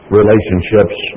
relationships